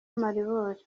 amaribori